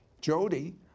Jody